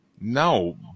No